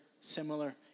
similar